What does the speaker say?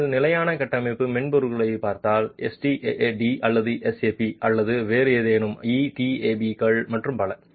உங்கள் நிலையான கட்டமைப்பு மென்பொருளைப் பார்த்தால் STAAD அல்லது SAP அல்லது வேறு ஏதேனும் ETAB கள் மற்றும் பல